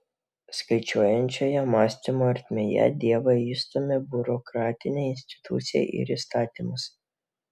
skaičiuojančiojo mąstymo ertmėje dievą išstumia biurokratinė institucija ir įstatymas